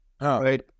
Right